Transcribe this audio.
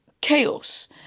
chaos